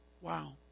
Wow